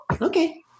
okay